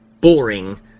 boring